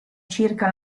circa